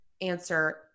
Answer